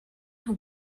who